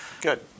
Good